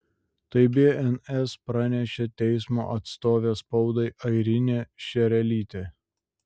tai bns pranešė teismo atstovė spaudai airinė šerelytė